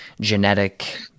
genetic